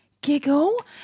giggle